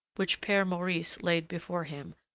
which pere maurice laid before him,